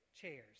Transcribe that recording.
chairs